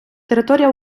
територія